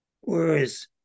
whereas